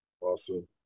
awesome